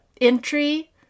entry